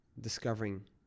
discovering